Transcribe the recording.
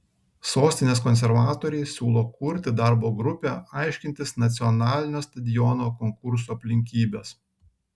sostinės konservatoriai siūlo kurti darbo grupę aiškintis nacionalinio stadiono konkurso aplinkybes